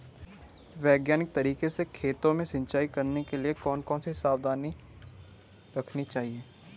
वैज्ञानिक तरीके से खेतों में सिंचाई करने के लिए कौन कौन सी सावधानी रखनी चाहिए?